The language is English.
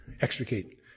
extricate